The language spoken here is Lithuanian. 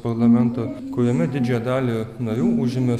parlamentą kuriame didžiąją dalį narių užėmė